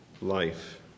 life